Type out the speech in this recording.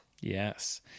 Yes